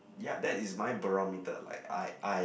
ya that is my barometer like I I